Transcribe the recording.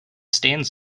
stands